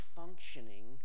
functioning